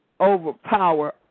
overpower